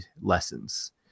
lessons